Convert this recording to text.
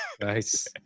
Nice